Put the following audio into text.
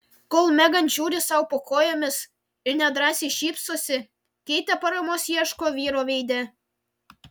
kol megan žiūri sau po kojomis ir nedrąsai šypsosi keitė paramos ieško vyro veide